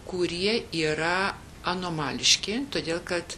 kurie yra anomališki todėl kad